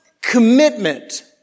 commitment